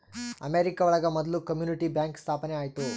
America ಒಳಗ ಮೊದ್ಲು community bank ಸ್ಥಾಪನೆ ಆಯ್ತು